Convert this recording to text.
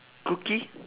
cookie